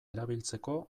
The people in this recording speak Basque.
erabiltzeko